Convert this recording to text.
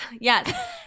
yes